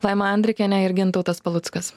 laima andrikienė ir gintautas paluckas